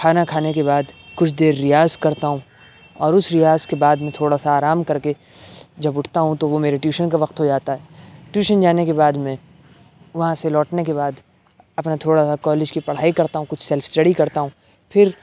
کھانا کھانے کے بعد کچھ دیر ریاض کرتا ہوں اور اس ریاض کے بعد میں تھوڑا سا آرام کر کے جب اٹھتا ہوں تو وہ میرے ٹیوشن کا وقت ہو جاتا ہے ٹیوشن جانے کے بعد میں وہاں سے لوٹنے کے بعد اپنا تھوڑا سا کالج کی پڑھائی کرتا ہوں کچھ سیلف اسٹڈی کرتا ہوں پھر